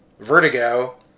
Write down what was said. Vertigo